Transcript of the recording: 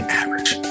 average